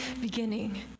beginning